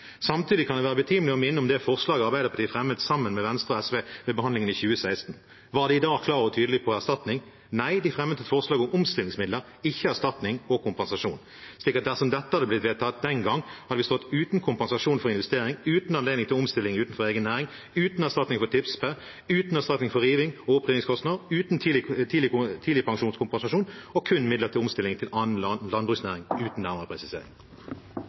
Samtidig kan det være betimelig å minne om det forslaget Arbeiderpartiet fremmet sammen med Venstre og SV ved behandlingen i 2016. Var de da klare og tydelige på erstatning? Nei, de fremmet et forslag om omstillingsmidler, ikke erstatning og kompensasjon. Dersom dette hadde blitt vedtatt den gang, hadde vi stått uten kompensasjon for investeringer, uten anledning til omstilling utenfor egen næring, uten erstatning for tisper, uten erstatning for rivings- og oppryddingskostnader, uten tidligpensjonskompensasjon og kun midler til omstilling til annen landbruksnæring uten nærmere presisering.